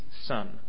Son